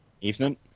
Evening